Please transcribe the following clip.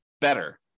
better